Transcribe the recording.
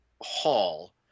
hall